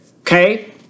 Okay